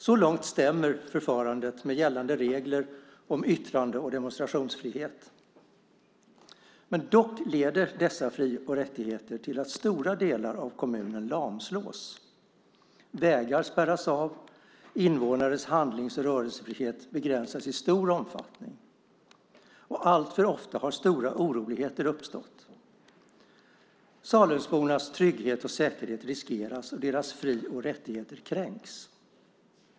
Så långt stämmer förfarandet med gällande regler om yttrande och demonstrationsfrihet. Dock leder dessa fri och rättigheter till att stora delar av kommunen lamslås. Vägar spärras av, och invånares handlings och rörelsefrihet begränsas i stor omfattning. Alltför ofta har stora oroligheter uppstått. Salembornas trygghet och säkerhet riskeras, och deras fri och rättigheter kränks.